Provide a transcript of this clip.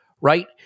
right